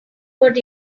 got